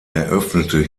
eröffnete